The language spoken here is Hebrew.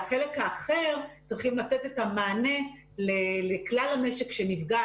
והחלק האחר צריכים לתת את המענה לכלל המשק שנפגע,